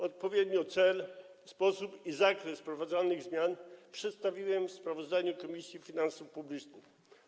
Odpowiednio cel, sposób i zakres wprowadzanych zmian przedstawiłem w sprawozdaniu z prac Komisji Finansów Publicznych.